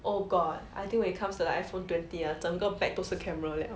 oh god I think when it comes to the iphone twenty ah 整个 back 都是 camera liao